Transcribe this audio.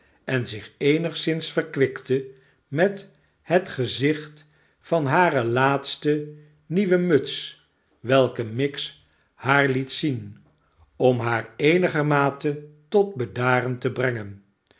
en zich eenigszins verkwikte met het gezicht van hare laatste nieuwe muts welke miggs haar liet zien om haar eenigermate tot bedaren te brengen